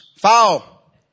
Foul